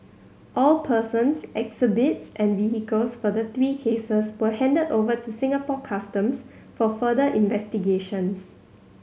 all persons exhibits and vehicles for the three cases were handed over to Singapore Customs for further investigations